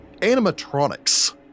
animatronics